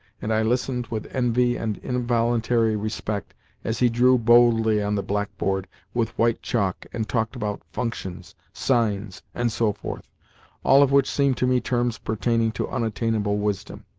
and i listened with envy and involuntary respect as he drew boldly on the blackboard with white chalk and talked about functions, sines, and so forth all of which seemed to me terms pertaining to unattainable wisdom.